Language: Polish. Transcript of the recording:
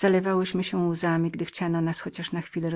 płakałyśmy gdy chciano nas chociaż na chwilę